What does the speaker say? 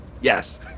Yes